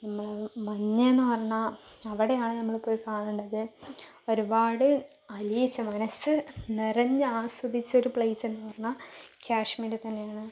നമ്മളെ മഞ്ഞ് എന്ന് പറഞ്ഞാൽ അവിടെയാണ് നമ്മൾ പോയി കാണേണ്ടത് ഒരുപാട് അലിയിച്ച് മനസ്സ് നിറഞ്ഞ് ആസ്വദിച്ച് ഒരു പ്ളേസെന്ന് പറഞ്ഞാ കാശ്മീര് തന്നെയാണ്